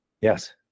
Yes